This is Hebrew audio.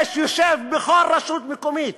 בכל רשות מקומית